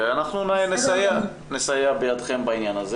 אנחנו נסייע בידכם בעניין הזה,